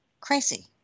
crazy